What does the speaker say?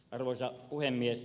arvoisa puhemies